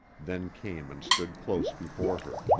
then came and stood close before her.